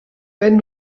wenn